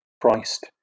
Christ